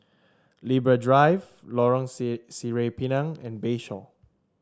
Libra Drive Lorong see Sireh Pinang and Bayshore